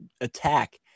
attack